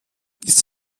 ist